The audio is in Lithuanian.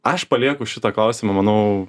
aš palieku šitą klausimą manau